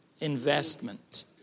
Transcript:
Investment